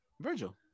Virgil